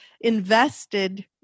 invested